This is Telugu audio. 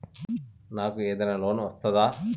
నాకు ఏదైనా లోన్ వస్తదా?